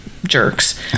Jerks